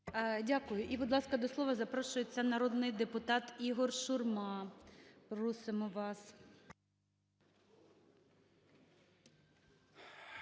Дякую. І, будь ласка, до слова запрошується народний депутат Ігор Шурма. Просимо вас.